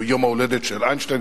הוא יום ההולדת של איינשטיין,